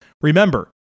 Remember